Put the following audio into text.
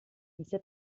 diese